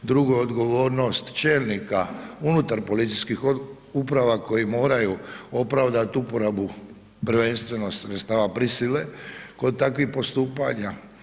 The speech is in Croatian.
Drugo odgovornost čelnika unutar policijskih uprava koji moraju opravdat uporabu prvenstveno sredstava prisile kod takvih postupanja.